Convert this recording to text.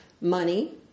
money